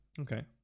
Okay